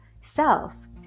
self